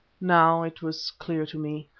now it was clear to me.